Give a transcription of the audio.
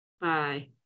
Bye